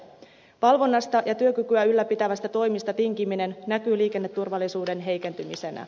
valvonnasta ja työkykyä ylläpitävistä toimista tinkiminen näkyy liikenneturvallisuuden heikentymisenä